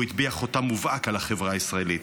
והוא הטביע חותם מובהק על החברה הישראלית.